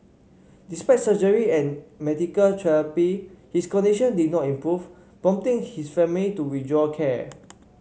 despite surgery and medical therapy his condition did not improve prompting his family to withdraw care